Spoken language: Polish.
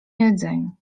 jedzeniu